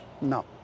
no